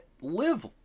live